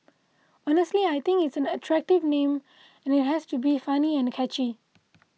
honestly I think it's an attractive name and it has to be funny and catchy